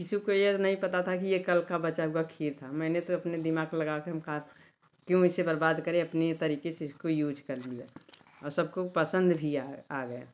किसी को ये नहीं पता था कि ये कल की बची हुई खीर थी मैंने तो अपना दिमाग़ लगा कर कहा क्यों इसे बर्बाद करें अपने तरीक़े से इसको यूज कर लिया और सबको पसंद भी आया आ गया